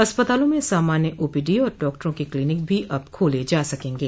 अस्पतालों में सामान्य ओपीडी और डॉक्टरों के क्लीनिक भी अब खोले जा सकेंगे